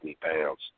pounds